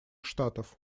штатов